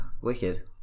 wicked